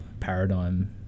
Paradigm